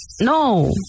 No